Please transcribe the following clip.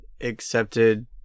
accepted